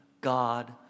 God